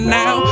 now